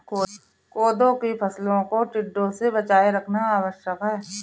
कोदो की फसलों को टिड्डों से बचाए रखना आवश्यक है